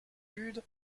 lude